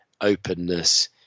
openness